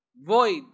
Void